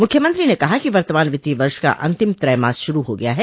मुख्यमंत्री ने कहा कि वर्तमान वित्तीय वर्ष का अंतिम त्रयमास शुरू हो गया है